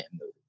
movie